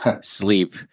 sleep –